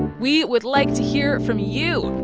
we would like to hear from you.